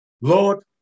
Lord